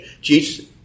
Jesus